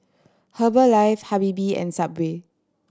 Herbalife Habibie and Subway